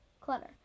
Clutter